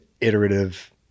iterative